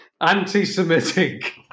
anti-semitic